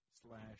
slash